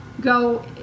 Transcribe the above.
go